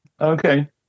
Okay